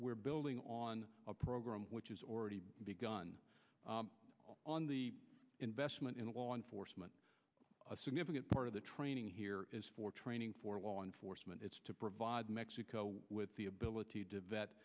re building on a program which is already begun on the investment in law enforcement a significant part of the training here is for training for law enforcement it's to provide mexico with the ability to vet